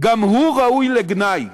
גם הוא ראוי לגנאי.